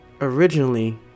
Originally